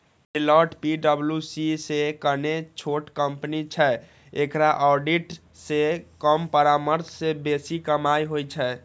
Deloitte पी.डब्ल्यू.सी सं कने छोट कंपनी छै, एकरा ऑडिट सं कम परामर्श सं बेसी कमाइ होइ छै